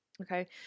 Okay